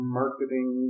marketing